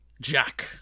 Jack